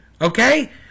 Okay